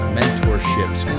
mentorships